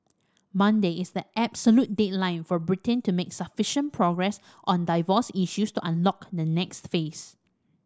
Monday is the absolute deadline for Britain to make sufficient progress on divorce issues to unlock the next phase